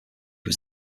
was